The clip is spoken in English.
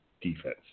defense